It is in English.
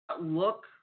look –